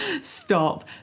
Stop